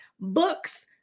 books